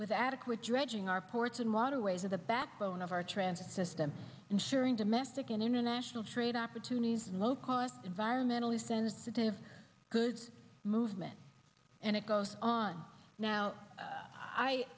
with adequate dredging our ports and waterways are the backbone of our transit system ensuring domestic and international trade opportunities and low cost environmentally sensitive goods movement and it goes on now